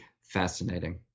Fascinating